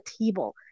table